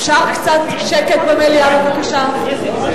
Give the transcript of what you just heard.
אפשר קצת שקט במליאה בבקשה?